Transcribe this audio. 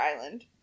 Island